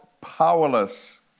powerless